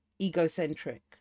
egocentric